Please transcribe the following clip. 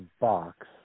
box